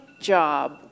job